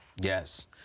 Yes